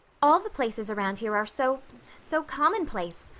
all the places around here are so so commonplace.